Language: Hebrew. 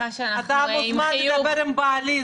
אתה מוזמן לדבר עם בעלי,